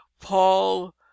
paul